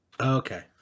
Okay